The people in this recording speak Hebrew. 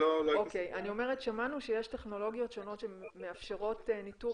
שמענו שיש טכנולוגיות שמאפשרות ניטור